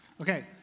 Okay